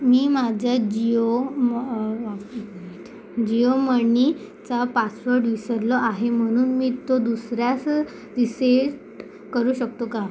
मी माझं जिओ म जिओ मनीचा पासवर्ड विसरलो आहे म्हणून मी तो दुसर्यासं रीसेट करू शकतो का